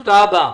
תודה רבה.